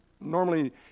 normally